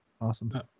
awesome